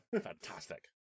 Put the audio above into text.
fantastic